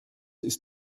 ist